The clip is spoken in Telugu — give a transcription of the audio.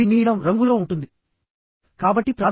ఈ విధంగా చెయ్యాలి